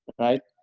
right?